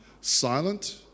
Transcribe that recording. silent